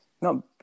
No